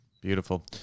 beautiful